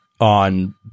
on